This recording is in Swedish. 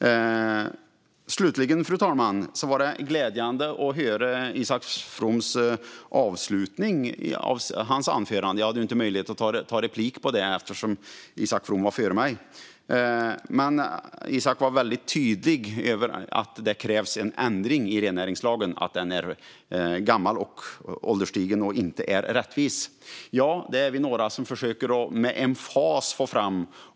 Fru talman! Slutligen var det glädjande att höra Isak Froms avslutning i hans anförande. Jag hade inte möjlighet att ta replik på det, eftersom Isak From var före mig på talarlistan. Men Isak var tydlig med att det krävs en ändring i rennäringslagen, med att den är gammal och ålderstigen och att den inte är rättvis. Ja, vi är några som med emfas försöker få fram det.